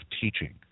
teaching